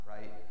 right